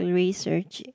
research